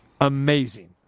Amazing